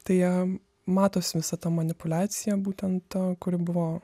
tai jam matosi visa ta manipuliacija būtent ta kuri buvo